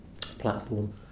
platform